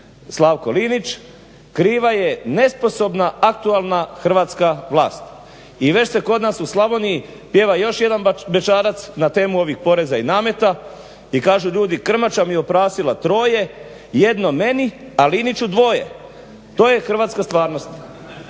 Slavko Linić, kriva je nesposobna aktualna hrvatska vlast. I već se kod nas u Slavoniji pjeva još jedan bećarac na temu ovih poreza i nameta i kažu ljudi "krmača mi oprasila troje, jedno meni a Liniću dvoje". To je hrvatska stvarnost.